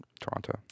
Toronto